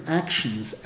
actions